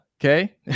Okay